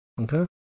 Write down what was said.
Okay